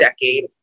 decade